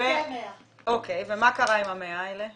מה קרה עם ה-100 האלה?